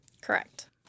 Correct